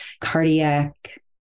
cardiac